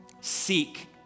seek